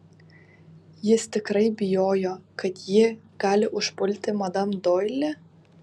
jis tikrai bijojo kad ji gali užpulti madam doili